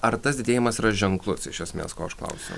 ar tas didėjimas yra ženklus iš esmės ko aš klausiu